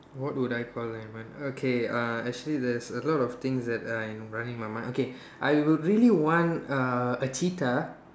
what would I call an animal okay uh actually there's a lot of things that I running in my mind okay I would really want uh a cheetah